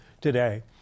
today